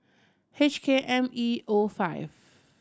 H K M E O five